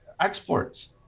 exports